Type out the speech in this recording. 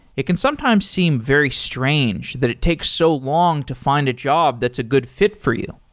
it can sometimes seem very strange that it takes so long to find a job that's a good fit for you.